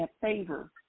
favor